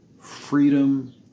freedom